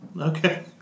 Okay